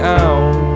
out